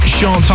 Sean